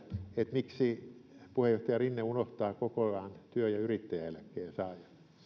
miksi puheenjohtaja rinne unohtaa kokonaan työ ja yrittäjäeläkkeensaajat